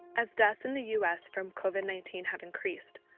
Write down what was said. as deaths in the us from covid nineteen have increased,